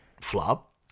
flop